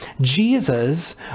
Jesus